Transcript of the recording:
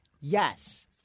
Yes